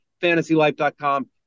FantasyLife.com